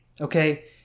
okay